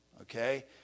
okay